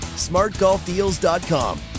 smartgolfdeals.com